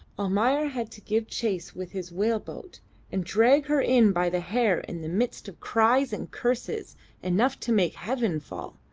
almayer had to give chase with his whale-boat and drag her in by the hair in the midst of cries and curses enough to make heaven fall.